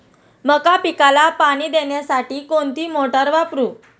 मका पिकाला पाणी देण्यासाठी कोणती मोटार वापरू?